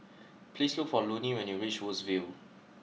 please look for Loney when you reach Woodsville